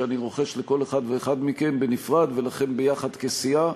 שאני רוחש לכל אחד ואחד מכם בנפרד ולכם ביחד כסיעה,